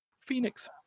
Phoenix